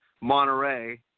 Monterey